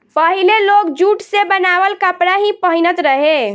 पहिले लोग जुट से बनावल कपड़ा ही पहिनत रहे